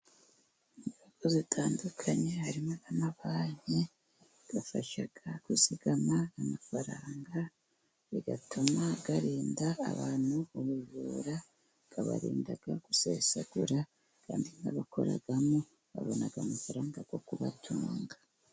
Inyubako zitandukanye harimo n'amabanki afasha kuzigama amafaranga, bigatuma arinda abantu ubujura bikabarinda gusesagura kandi n'abakoramo babona amafaranga yo kubatunga.